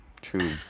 true